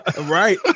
right